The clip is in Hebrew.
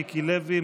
מיקי לוי,